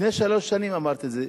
לפני שלוש שנים אמרתי את זה.